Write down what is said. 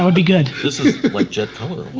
ah be good. this is like jet color